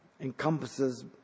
encompasses